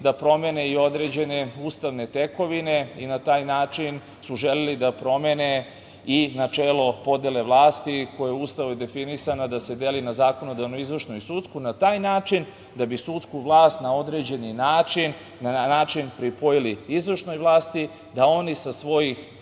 da promene i određene ustavne tekovine i na taj način su želeli da promene i načelo podele vlasti koje je Ustavom definisana da se deli na zakonodavnu, izvršnu i sudsku, a na taj način da bi sudsku vlast na određeni način pripojili izvršnoj vlasti, da oni sa svojih